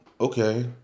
Okay